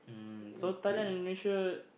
mm so Thailand Indonesia